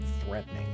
threatening